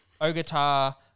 Ogata